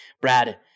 Brad